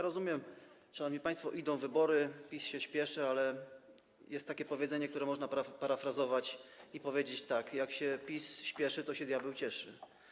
Rozumiem, szanowni państwo, że zbliżają się wybory i PiS się spieszy, ale jest takie powiedzenie, które można sparafrazować i powiedzieć tak: jak się PiS spieszy, to się diabeł cieszy.